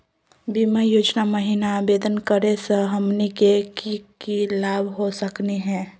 बीमा योजना महिना आवेदन करै स हमनी के की की लाभ हो सकनी हे?